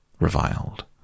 reviled